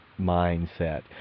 mindset